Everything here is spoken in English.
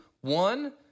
One